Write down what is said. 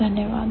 धन्यवाद